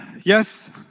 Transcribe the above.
Yes